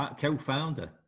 co-founder